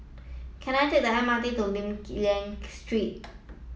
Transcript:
can I take the M R T to Lim Liak Street